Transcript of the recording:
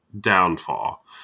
downfall